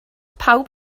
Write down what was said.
pawb